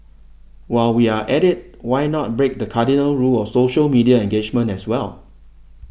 while we are at it why not break the cardinal rule of social media engagement as well